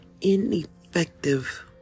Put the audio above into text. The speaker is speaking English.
ineffective